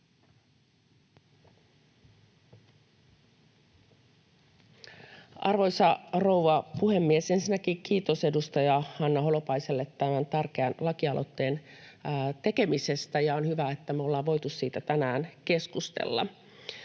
Arvoisa rouva puhemies! Ensinnäkin kiitos edustaja Hanna Holopaiselle tämän tärkeän lakialoitteen tekemisestä. On hyvä, että me ollaan voitu siitä tänään keskustella.